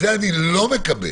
את זה אני לא מקבל.